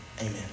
Amen